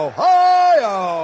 Ohio